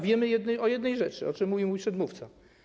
Wiemy o jednej rzeczy, o czym mówił mój przedmówca.